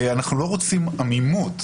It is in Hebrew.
אנחנו לא רוצים עמימות,